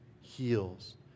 heals